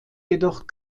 jedoch